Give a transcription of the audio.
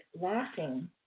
laughing